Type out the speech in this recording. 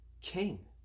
king